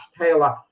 Taylor